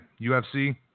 UFC